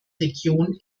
region